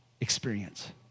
experience